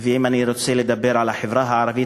ואם אני רוצה לדבר על החברה הערבית,